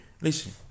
listen